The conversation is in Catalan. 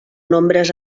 nombres